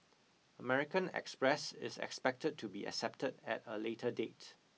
American Express is expected to be accepted at a later date